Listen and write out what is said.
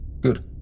Good